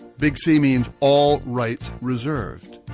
big c means all rights reserved.